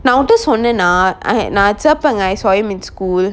நா ஒன் கிட்ட சொன்னனா:na on kitta sonnana I had நா சேப்பங்க:na seppanga I saw him in school